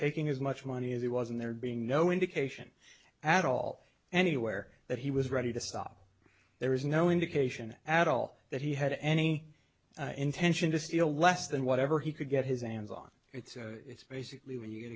taking as much money as he was in there being no indication at all anywhere that he was ready to stop there is no indication at all that he had any intention to steal less than whatever he could get his hands on it's it's basically when you get